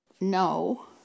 No